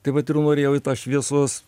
tai vat ir norėjau į tą šviesos